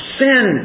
sin